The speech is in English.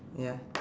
ya